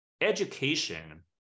education